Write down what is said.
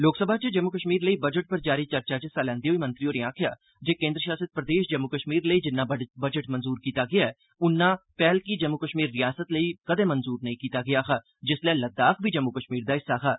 लोकसभा च जम्मू कश्मीर लेई बजट पर जारी चर्चा च हिस्सा लैंदे होई मंत्री होरें आखेआ जे केन्द्र शासित प्रदेश जम्मू कश्मीर लेई जिन्ना बजट मंजूर कीता गेआ ऐ उन्ना पैहलकी जम्मू कश्मीर रिआसत लेई बी कदें मंजूर नेई कीता गेआ हा जिसलै लद्दाख बी जम्मू कश्मीर दा हिस्सा हा